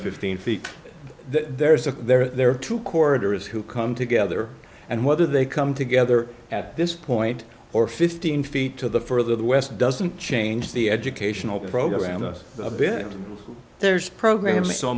fifteen feet there is a there are two corridors who come together and whether they come together at this point or fifteen feet to the further west doesn't change the educational program a bit there's pro